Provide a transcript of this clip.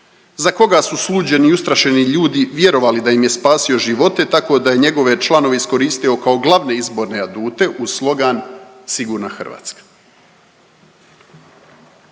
Za koga su sluđeni i ustrašeni ljudi vjerovali da im je spasio živote tako da je njegove članove iskoristio kao glavne izborne adute uz slogan Sigurna Hrvatska?